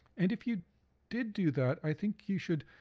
and if you did do that i think you should